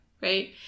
Right